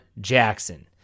Jackson